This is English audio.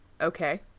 Okay